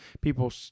people